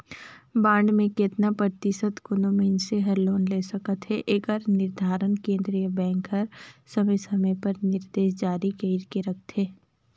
bond में केतना परतिसत कोनो मइनसे हर लोन ले सकत अहे एकर निरधारन केन्द्रीय बेंक हर समे समे उपर निरदेस जारी कइर के रखथे